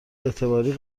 اعتباری